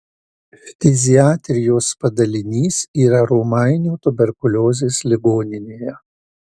ftiziatrijos padalinys yra romainių tuberkuliozės ligoninėje